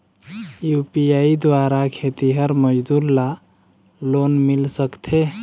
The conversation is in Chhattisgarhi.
यू.पी.आई द्वारा खेतीहर मजदूर ला लोन मिल सकथे?